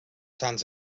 sants